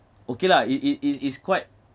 okay lah it it it's it's quite